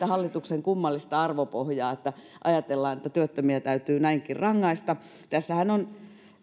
hallituksen kummallista arvopohjaa kun ajatellaan että työttömiä täytyy näinkin rangaista tässähän on